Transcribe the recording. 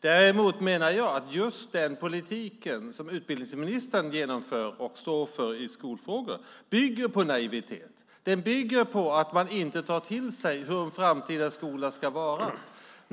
Däremot menar jag att den politik som utbildningsministern står för och genomför i skolfrågor bygger på naivitet. Den bygger på att man inte tar till sig hur en framtida skola ska vara.